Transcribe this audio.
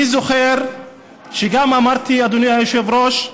אני זוכר שגם אמרתי, אדוני היושב-ראש,